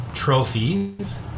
Trophies